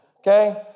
Okay